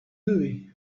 hooey